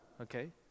okay